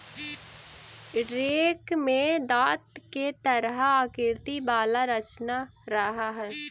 rake में दाँत के तरह आकृति वाला रचना रहऽ हई